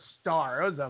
star